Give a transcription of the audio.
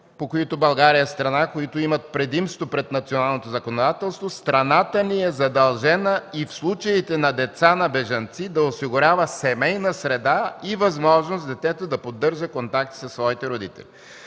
по които България е страна, които имат предимство пред националното законодателство, страната ни е задължена и в случаите на деца на бежанци да осигурява семейна среда и възможност детето да поддържа контакти със своите родители.